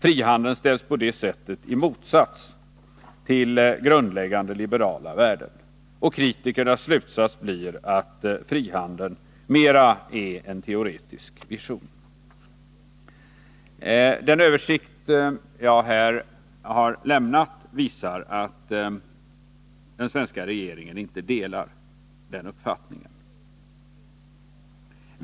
Frihandeln ställs på det sättet i motsats till grundläggande liberala värden, och kritikernas slutsats blir att frihandeln mera är en teoretisk vision. Den översikt jag här har lämnat visar att den svenska regeringen inte delar den uppfattningen.